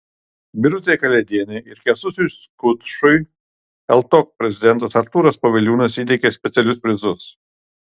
birutei kalėdienei ir kęstučiui skučui ltok prezidentas artūras poviliūnas įteikė specialius prizus